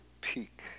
peak